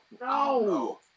No